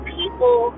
people